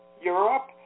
Europe